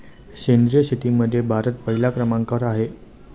सेंद्रिय शेतीमध्ये भारत पहिल्या क्रमांकावर आहे